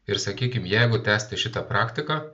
ir sakykim jeigu tęsti šitą praktiką